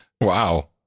Wow